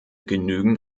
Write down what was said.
genügend